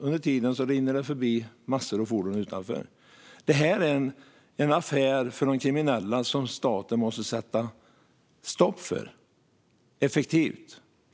Under tiden rinner det förbi massor av fordon utanför. Det här är en affär för de kriminella som staten måste sätta stopp för effektivt.